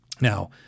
now